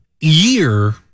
year